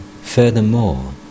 Furthermore